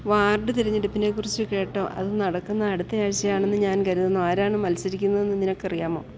ward തിരഞ്ഞെടുപ്പിനെക്കുറിച്ച് കേട്ടോ അത് നടക്കുന്നത് അടുത്ത ആഴ്ച ആണെന്ന് ഞാൻ കരുതുന്നു ആരാണ് മത്സരിക്കുന്നതെന്ന് നിനക്കറിയാമോ